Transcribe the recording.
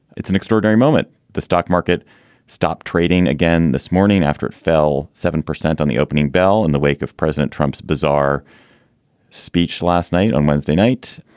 it's an extraordinary moment. the stock market stopped trading again this morning after it fell seven percent on the opening bell in the wake of president trump's bizarre speech last night. on wednesday night,